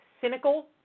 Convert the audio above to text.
cynical